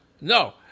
no